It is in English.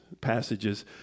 passages